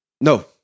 No